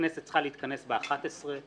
הכנסת צריכה להתכנס ב-11:00,